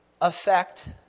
affect